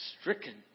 stricken